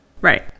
Right